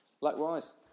Likewise